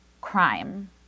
crime